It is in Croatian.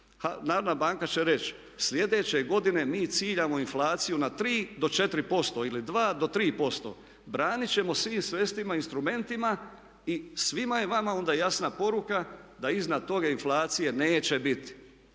Narodna banka će reći sljedeće godine mi ciljamo inflaciju na 3 do 4% ili 2 do 3%, branit ćemo svim sredstvima i instrumentima i svima je vama onda jasna poruka da iznad toga inflacije neće biti.